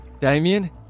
Damien